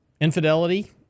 Infidelity